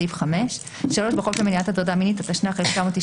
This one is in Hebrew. סעיף 5. בחוק למניעת הטרדה מינית התשנ"ח-1998,